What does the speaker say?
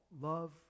love